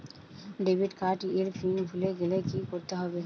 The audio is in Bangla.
ডেবিট কার্ড এর পিন ভুলে গেলে কি করতে হবে?